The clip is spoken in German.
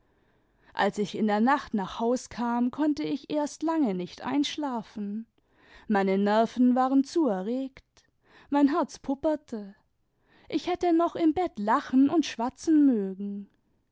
als ich in der nacht nach haus kam konnte ich erst lange nicht einschlafen meine nerven waren zu erregt mein herz pupperte ich hätte noch im bett lachen und schwatzen mögen